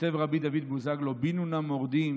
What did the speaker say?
כותב רבי דוד בוזגלו: "בינו נא מורדים